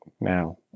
now